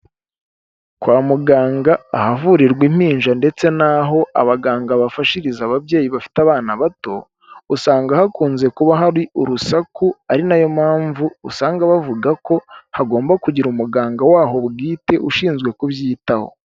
Kwa muganga ahavurirwa impinja ndetse n'aho abaganga bafashiriza ababyeyi bafite abana bato, usanga hakunze kuba hari urusaku, ari na yo mpamvu usanga bavuga ko hagomba kugira umuganga waho bwite, ushinzwe kubyitaho.